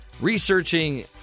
researching